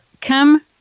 come